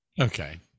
Okay